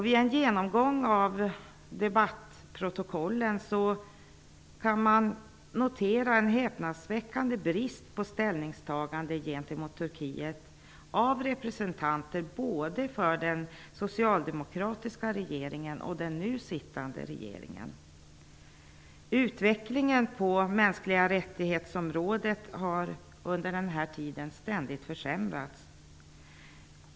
Vid en genomgång av debattprotokollen kan man när det gäller representanter både för den socialdemokratiska regeringen och för den nu sittande regeringen notera en häpnadsväckande brist på ställningstagande gentemot Turkiet. Utvecklingen på mänskliga-rättighets-området har under denna tid ständigt försämrats.